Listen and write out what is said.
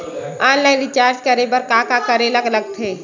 Online recharge करे बर का का करे ल लगथे?